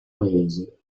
paese